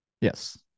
Yes